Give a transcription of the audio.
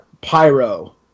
Pyro